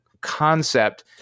concept